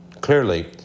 Clearly